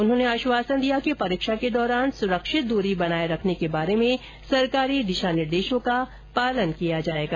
उन्होंने आश्वासन दिया कि परीक्षा के दौरान सुरक्षित दूरी बनाए रखने के बारे में सरकारी दिशानिर्देशों का पालन किया जाएगा